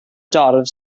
dorf